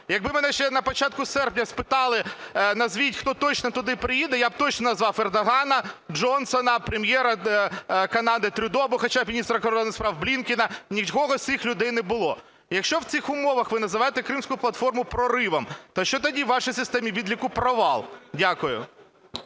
Якби мене ще на початку серпня спитали, назвіть, хто точно туди приїде, я б точно назвав Ердогана, Джонсона, Прем'єра Канади Трюдо або хоча б міністра закордонних справ Блінкена. Нікого з цих людей не було. Якщо в цих умовах ви називаєте Кримську платформу проривом, то що тоді у вашій системі відліку провал? Дякую.